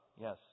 Yes